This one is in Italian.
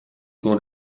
con